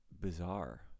bizarre